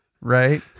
right